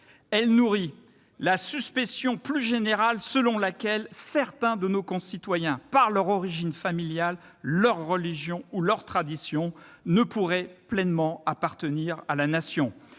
Elle nourrit la suspicion plus générale selon laquelle certains de nos concitoyens, par leur origine familiale, leur religion ou leur tradition, ne pourraient pleinement appartenir à la Nation,